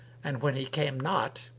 and when he came not,